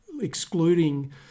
excluding